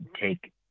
take